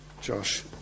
Josh